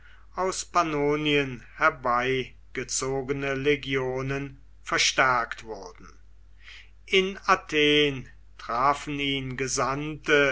aus pannonien herbeigezogene legionen verstärkt wurden in athen trafen ihn gesandte